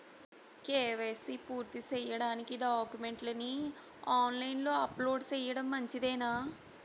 KYC పూర్తి సేయడానికి డాక్యుమెంట్లు ని ఆన్ లైను లో అప్లోడ్ సేయడం మంచిదేనా?